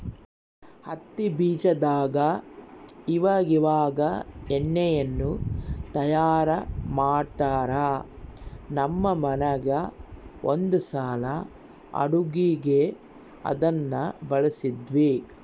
ಹತ್ತಿ ಬೀಜದಾಗ ಇವಇವಾಗ ಎಣ್ಣೆಯನ್ನು ತಯಾರ ಮಾಡ್ತರಾ, ನಮ್ಮ ಮನೆಗ ಒಂದ್ಸಲ ಅಡುಗೆಗೆ ಅದನ್ನ ಬಳಸಿದ್ವಿ